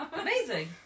Amazing